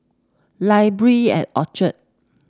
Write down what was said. library at Orchard